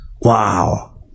Wow